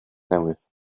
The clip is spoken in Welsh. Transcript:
newydd